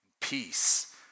peace